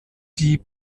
die